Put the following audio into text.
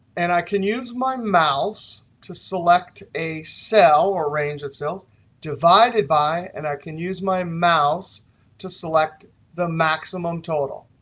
and i can use my mouse to select a cell or range of cells divided by and i can use my mouse to select the maximum total.